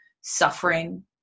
suffering